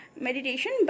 meditation